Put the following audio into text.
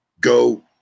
go